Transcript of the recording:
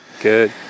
good